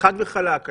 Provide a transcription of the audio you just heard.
אני